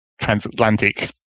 transatlantic